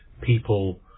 people